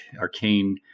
arcane